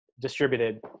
distributed